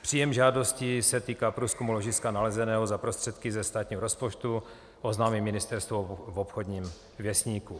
Příjem žádosti, která se týká průzkumu ložiska nalezeného za prostředky ze státního rozpočtu, oznámí ministerstvo v Obchodním věstníku.